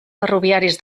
ferroviaris